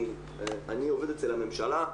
אני עובד אצל הממשלה.